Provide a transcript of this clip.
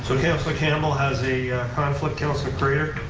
so councilor campbell has a conflict, councilor craitor?